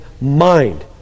mind